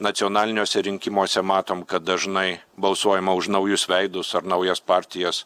nacionaliniuose rinkimuose matom kad dažnai balsuojama už naujus veidus ar naujas partijas